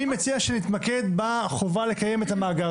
אני מציע שנתמקד בחובה לקיים את המאגר